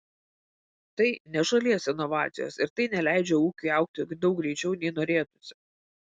tai ne šalies inovacijos ir tai neleidžia ūkiui augti daug greičiau nei norėtųsi